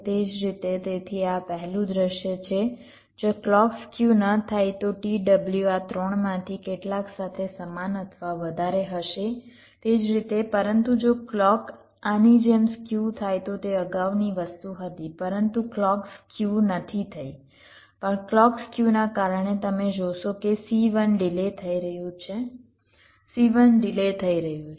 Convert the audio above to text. તે જ રીતે તેથી આ પહેલું દૃશ્ય છે જો ક્લૉક સ્ક્યુ ન થાય તો t w આ 3 માંથી કેટલાક સાથે સમાન અથવા વધારે હશે તે જ રીતે પરંતુ જો ક્લૉક આની જેમ સ્ક્યુ થાય તો તે અગાઉની વસ્તુ હતી પરંતુ ક્લૉક સ્ક્યુ નથી થઇ પણ ક્લૉક સ્ક્યુના કારણે તમે જોશો કે C1 ડિલે થઈ રહ્યું છે C1 ડિલે થઈ રહ્યું છે